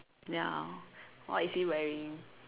ya what is he wearing